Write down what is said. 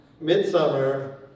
Midsummer